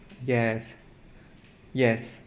yes yes